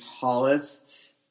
tallest